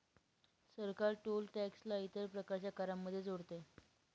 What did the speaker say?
सरकार toll tax ला इतर प्रकारच्या करांमध्ये जोडते